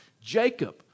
Jacob